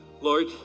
Lord